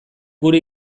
gure